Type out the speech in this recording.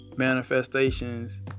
Manifestations